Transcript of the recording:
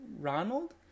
Ronald